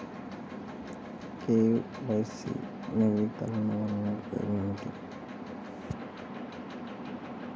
KYC నవీకరణ వలన ఉపయోగం ఏమిటీ?